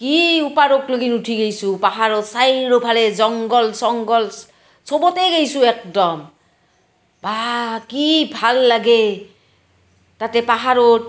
কি ওপৰৰলৈকে উঠি গৈছোঁ পাহাৰৰ চাৰিওফালে জংঘল চংঘল চবতে গৈছোঁ একদম বাঃ কি ভাল লাগে তাতে পাহাৰত